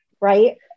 right